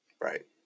Right